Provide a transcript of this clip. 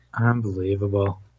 Unbelievable